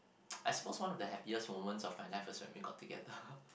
I suppose one of the happiest moments of my life is when we got together